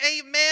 amen